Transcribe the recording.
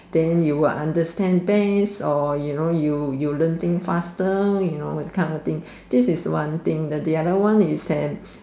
then you will understand this or you know you you learn things faster you know this kind of things this is one thing the other is that